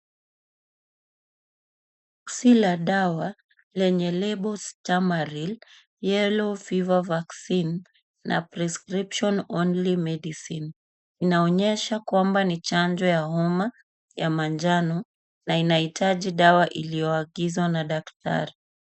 Si la dawa lenye label Stamaril, Yellow Fever Vaccine , na Prescription Only Medicine . Inaonyesha kwamba ni chanjo ya homa ya manjano na inahitaji dawa iliyoagizwa na daktari.